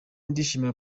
ndashimira